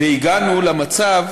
והגענו למצב